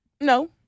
No